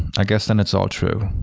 i guess then it's all true.